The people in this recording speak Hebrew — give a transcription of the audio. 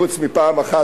חוץ מפעם אחת,